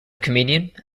comedian